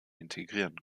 integrieren